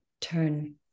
turn